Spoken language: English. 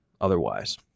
otherwise